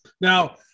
Now